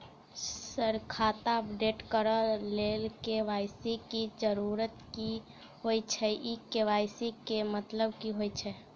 Sir खाता update करऽ लेल के.वाई.सी की जरुरत होइ छैय इ के.वाई.सी केँ मतलब की होइ छैय?